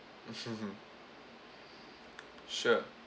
sure